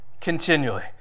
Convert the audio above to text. continually